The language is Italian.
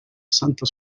santa